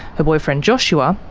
her boyfriend joshua,